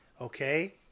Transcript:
okay